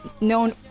known